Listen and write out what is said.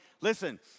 Listen